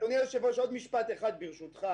אדוני היושב-ראש, עוד משפט אחד, ברשותך.